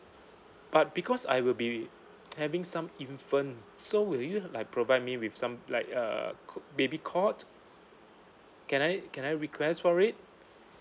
but because I will be having some infant so will you like provide me with some like uh co~ baby cot can I can I request for it